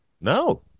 No